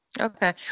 Okay